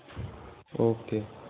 okay